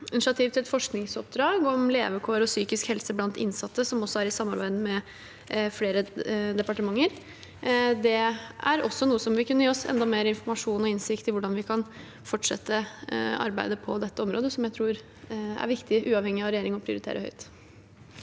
initiativ til et forskningsoppdrag om levekår og psykisk helse blant innsatte i samarbeid med flere departementer. Det er også noe som vil kunne gi oss enda mer informasjon og innsikt i hvordan vi kan fortsette arbeidet på dette området, og som jeg tror er viktig å prioritere høyt,